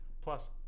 Plus